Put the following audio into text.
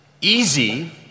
easy